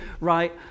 Right